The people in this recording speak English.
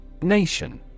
Nation